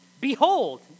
Behold